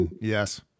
yes